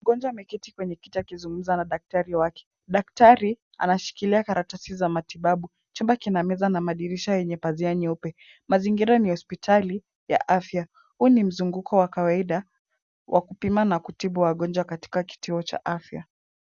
Mgonjwa ameketi kwenye kiti akizungumza na daktari wake. Daktari anashikilia karatasi za matibabbu. Chumba kina meza na madirisha yenye pazia nyeupe. Mazingira ni ya hospitali ya afya. Huu ni mzunguko wa kawaida wa kupima na kutibu wagonjwa katika kituo cha afya.